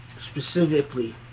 specifically